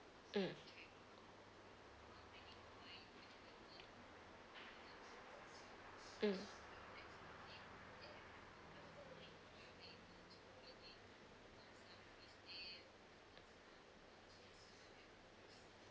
mm mm